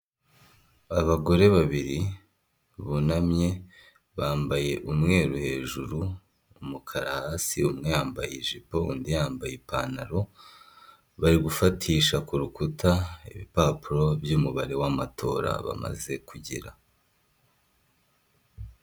Abagore babiri bunamye bambaye umweru hejuru umukara hasi ,umwe yambaye ijipo undi yambaye ipantaro bari gufatisha kurukuta ibipapuro byumubare w'amatora bamaze kugera.